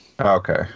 okay